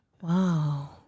Wow